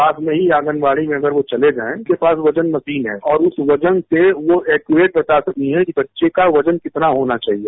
साथ में ही आंगनबाझी में अगर वो चले जाएं उनके पास वो वजन मशीन है उस वजन मसीन से वो एक्यूरेट बता सकती हैं कि बच्चे का वजन कितना होना चाहिए